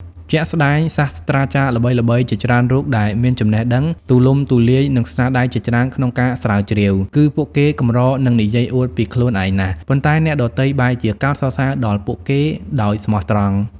ជាក់ស្ដែងសាស្ត្រាចារ្យល្បីៗជាច្រើនរូបដែលមានចំណេះដឹងទូលំទូលាយ និងស្នាដៃជាច្រើនក្នុងការស្រាវជ្រាវ គឺពួកគេកម្រនឹងនិយាយអួតពីខ្លួនឯងណាស់ ប៉ុន្តែអ្នកដទៃបែរជាកោតសរសើរដល់ពួកគេដោយស្មោះត្រង់។